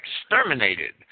exterminated